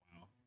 Wow